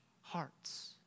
hearts